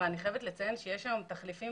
אבל אני חייבת לציין שיש היום תחליפים